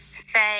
Say